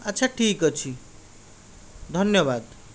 ଆଚ୍ଛା ଠିକ୍ ଅଛି ଧନ୍ୟବାଦ